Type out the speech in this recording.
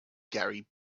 gary